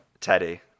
Teddy